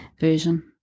version